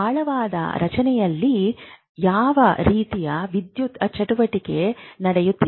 ಆಳವಾದ ರಚನೆಯಲ್ಲಿ ಯಾವ ರೀತಿಯ ವಿದ್ಯುತ್ ಚಟುವಟಿಕೆ ನಡೆಯುತ್ತಿದೆ